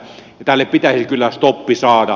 tälle pitäisi kyllä stoppi saada